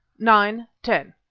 nine. ten.